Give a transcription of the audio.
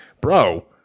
bro